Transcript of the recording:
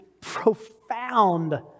profound